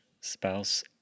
spouse